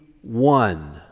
one